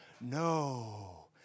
no